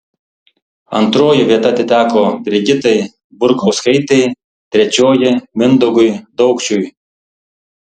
antroji vieta atiteko brigitai burkauskaitei trečioji mindaugui daukšiui